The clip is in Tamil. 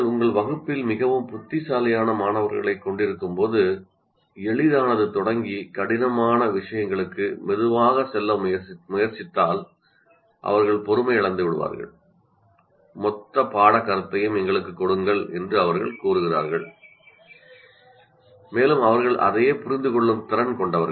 உங்கள் வகுப்பில் நீங்கள் மிகவும் புத்திசாலியான மாணவர்களைக் கொண்டிருக்கும்போது எளிதானது தொடங்கி கடினமான விஷயங்களிலிருந்து மெதுவாகச் செல்ல முயற்சித்தால் அவர்கள் பொறுமையிழந்து விடுவார்கள் மொத்த பாட கருத்தையும் எங்களுக்கு கொடுங்கள் என்று அவர்கள் கூறுகிறார்கள் மேலும் அவர்கள் அதையே புரிந்து கொள்ளும் திறன் கொண்டவர்கள்